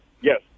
Yes